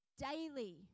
Daily